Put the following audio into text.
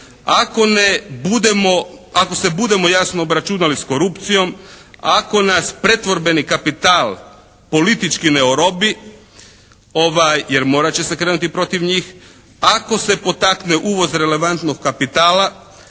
ako se budemo jasno obračunali s korupcijom, ako nas pretvorbeni kapital politički ne orobi jer morat će se krenuti protiv njih, ako se potakne uvoz relevantnog kapitala